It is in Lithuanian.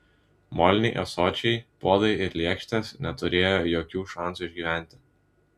moliniai ąsočiai puodai ir lėkštės neturėjo jokių šansų išgyventi